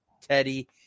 Teddy